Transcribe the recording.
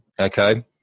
Okay